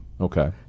Okay